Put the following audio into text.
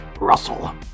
russell